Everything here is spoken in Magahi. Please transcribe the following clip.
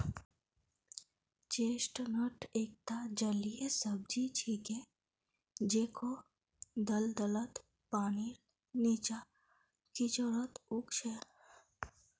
चेस्टनट एकता जलीय सब्जी छिके जेको दलदलत, पानीर नीचा, कीचड़त उग छेक